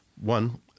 one